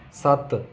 ਸੱਤ